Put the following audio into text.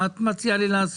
מה את מציע ה לי לעשות?